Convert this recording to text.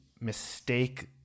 mistake –